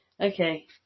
Okay